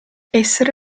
essere